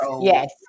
yes